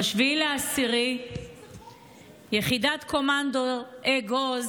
ב-7 באוקטובר יחידת הקומנדו אגוז